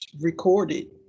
recorded